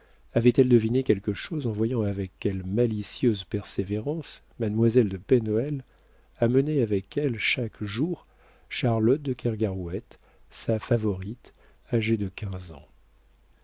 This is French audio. avait-elle deviné quelque chose en voyant avec quelle malicieuse persévérance mademoiselle de pen hoël amenait avec elle chaque jour charlotte de kergarouët sa favorite âgée de quinze ans